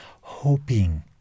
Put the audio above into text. hoping